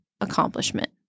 accomplishment